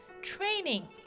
training